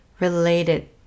related